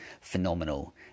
phenomenal